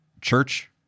church